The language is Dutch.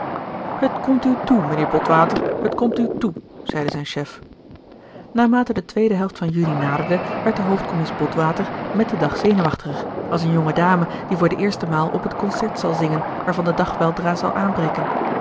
het komt u toe mijnheer botwater het komt u toe zeide zijn chef naarmate de tweede helft van juni naderde werd de hoofdcommies botwater met den dag zenuwachtiger als een jonge dame die voor de eerste maal op het concert zal gerard keller het testament van mevrouw de tonnette zingen waarvan de dag weldra zal aanbreken